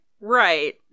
right